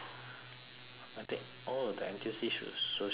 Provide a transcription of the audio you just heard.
I think oh the N_T_U_C su~ sushi is pretty good